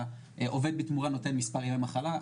והעובד בתמורה נותן מספר ימי מחלה,